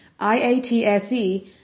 IATSE